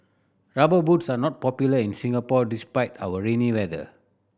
Rubber Boots are not popular in Singapore despite our rainy weather